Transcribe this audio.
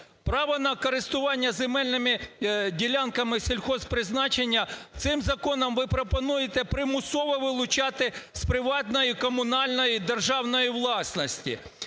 Право на користування земельними ділянками сільгосппризначення цим законом ви пропонуєте примусово вилучати з приватної, комунальної, державної власності,